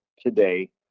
today